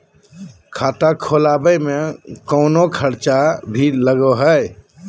खाता खोलावे में कौनो खर्चा भी लगो है?